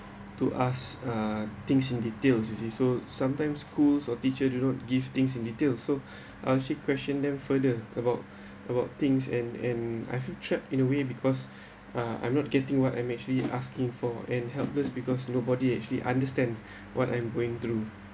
to ask uh things in details is it so sometimes school or teacher do not give things in detail so ask she questioned them further about about things and and I feel trapped in a way because uh I'm not getting what I'm actually asking for and helpless because nobody actually understand what I'm going through